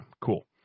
Cool